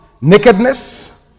nakedness